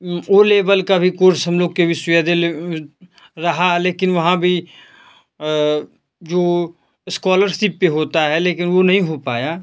ओ level का भी course हम लोग के विश्वविद्यालय रहा लेकिन वहाँ भी जो स्कॉलरसीप पे होता है लेकिन वो नहीं हो पाया